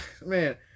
Man